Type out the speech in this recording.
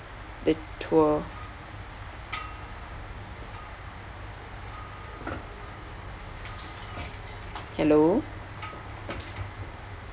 the tour hello